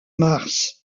mars